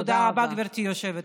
תודה רבה, גברתי היושבת-ראש.